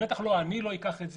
בטח אני לא אקח את זה.